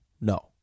no